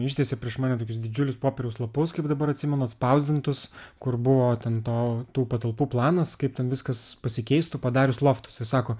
ištiesė prieš mane tokius didžiulius popieriaus lapus kaip dabar atsimenu atspausdintus kur buvo ten to tų patalpų planas kaip ten viskas pasikeistų padarius loftus jis sako